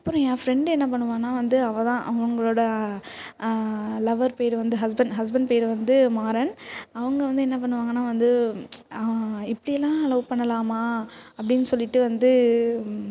அப்பறம் என் ஃப்ரெண்டு என்ன பண்ணுவானா வந்து அவள் தான் அவங்களோட லவ்வர் பேர் வந்து ஹஸ்பண்ட் ஹஸ்பண்ட் பேர் வந்து மாறன் அவங்க வந்து என்ன பண்ணுவாங்கன்னா வந்து இப்படியெல்லாம் லவ் பண்ணலாமா அப்டின்னு சொல்லிட்டு வந்து